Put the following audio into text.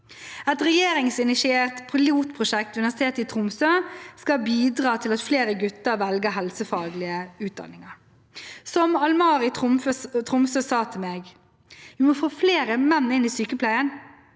Et regjeringsinitiert pilotprosjekt ved Universitetet i Tromsø skal bidra til at flere gutter velger helsefaglige utdanninger. Som Almar i Tromsø sa til meg: Vi må få flere menn inn i sykepleien.